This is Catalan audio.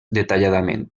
detalladament